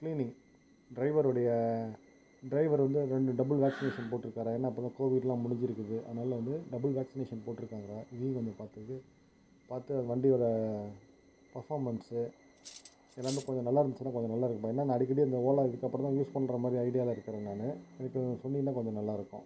cleaning ட்ரைவருடைய driver வந்து ரெண்டு டபுள் வாக்சினேஷன் போட்டிருக்காறா ஏன்னா இப்போ தான் கோவிட்லாம் முடிஞ்சிருக்குது அதனால் வந்து டபுள் வாக்சினேஷன் போட்டிருக்காங்கங்களா இதையும் கொஞ்சம் பார்த்துக் கொடு பார்த்து அது வண்டியோட பர்ஃபாமன்ஸு எல்லாமே கொஞ்சம் நல்லா இருந்துச்சுனால் கொஞ்சம் நல்லாருக்கும்டா ஏன்னா நான் அடிக்கடி அந்த ஓலா இதுக்கப்புறந்தான் யூஸ் பண்ணுற மாதிரி ஐடியாவில இருக்கிறேன் நான் இதுக்கு சொன்னியின்னால் கொஞ்சம் நல்லாருக்கும்